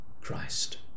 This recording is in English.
Christ